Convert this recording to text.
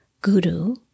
guru